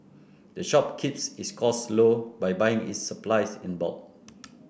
the shop keeps its costs low by buying its supplies in bulk